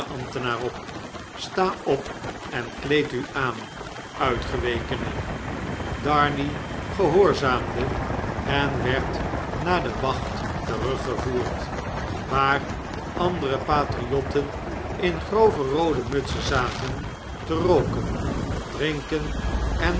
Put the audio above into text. op sta op en kleed u aan uitgewekene darnay gehoorzaamde en werd naar de wacht teruggevoerd waar andere patriotten in grove roode mutsen zaten te rooken drinken en